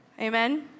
Amen